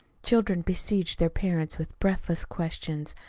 children besieged their parents with breathless questions,